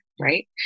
right